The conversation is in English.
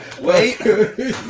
wait